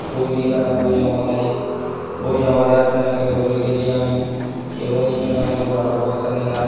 বই নিয়ে তারা বই জমা দেয় বই জমা দেওয়ার জন্য একটা লোক রেখেছি আমি এবং এর জন্য আমি কোনো টাকা পয়সা নিই না